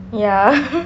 ya